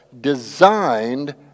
designed